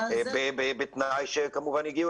בתנאי שהגיעו